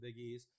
biggies